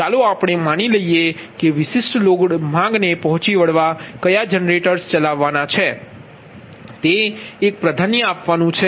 ચાલો આપણે માની લઈએ કે વિશિષ્ટ લોડ માંગને પહોંચી વળવા કયા જનરેટર્સ ચલાવવાના છે તે એક પ્રાધાન્યતા છે